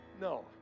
No